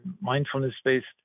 mindfulness-based